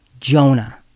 Jonah